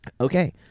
Okay